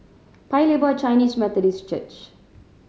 Paya Lebar Chinese Methodist Church